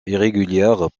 irrégulière